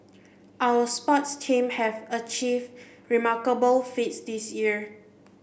our sports team have achieved remarkable feats this year